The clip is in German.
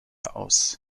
aus